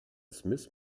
smith